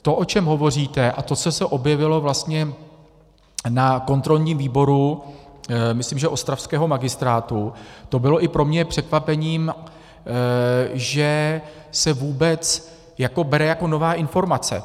To, o čem hovoříte, a to, co se objevilo na kontrolním výboru, myslím, že ostravského magistrátu, to bylo i pro mě překvapením, že se vůbec bere jako nová informace.